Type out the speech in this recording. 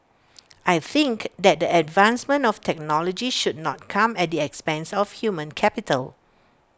I think that the advancement of technology should not come at the expense of human capital